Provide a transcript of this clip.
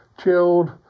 chilled